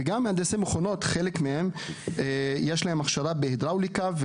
וגם לחלק ממהנדסי המכונות יש הכשרה בהידראוליקה,